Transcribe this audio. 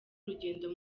urugendo